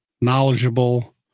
Knowledgeable